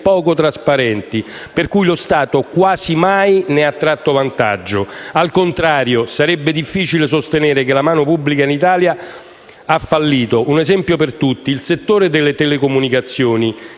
poco trasparenti, per cui lo Stato quasi mai ne ha tratto vantaggio. Al contrario, sarebbe difficile sostenere che la mano pubblica in Italia ha fallito. Un esempio per tutti è rappresentato dal settore delle telecomunicazioni,